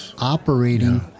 operating